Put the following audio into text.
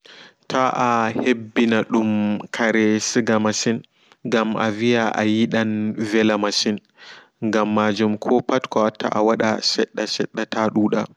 Ta'a heɓɓinadum karee siga masin gam avia ayidan vela masin gam majum kopat koa watta awada sedda sedda ta duda.